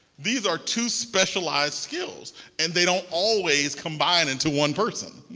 these are two specialized skills and they don't always combine into one person.